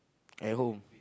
at home